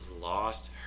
lost